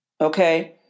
okay